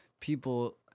people